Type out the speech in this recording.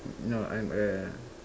no I'm a